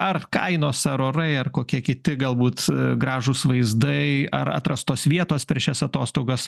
ar kainos ar orai ar kokie kiti galbūt gražūs vaizdai ar atrastos vietos per šias atostogas